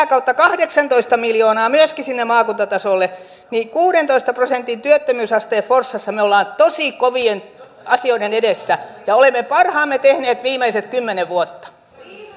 kautta myöskin kahdeksantoista miljoonaa sinne maakuntatasolle niin kuudentoista prosentin työttömyysasteen forssassa me olemme tosi kovien asioiden edessä ja olemme parhaamme tehneet viimeiset kymmenen vuotta